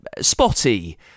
spotty